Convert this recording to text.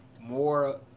more